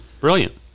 Brilliant